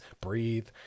breathe